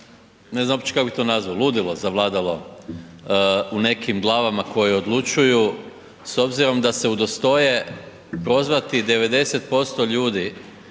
ne znam kako bi to uopće nazvao, ludilo zavladalo u nekim glavama koje odlučuju s obzirom da se udostoje prozvati 90% ljudi